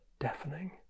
deafening